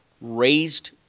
raised